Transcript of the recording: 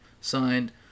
Signed